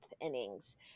innings